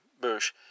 Bush